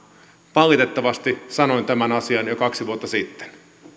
valitettavasti sanoin tämän asian jo kaksi vuotta sitten